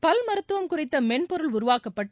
பல் மருத்துவம் குறித்த மென்பொருள் உருவாக்கப்பட்டு